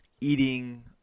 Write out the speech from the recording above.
eating